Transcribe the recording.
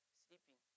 sleeping